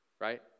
Right